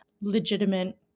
legitimate